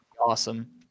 awesome